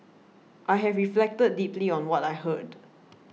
I have reflected deeply on what I heard